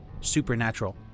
supernatural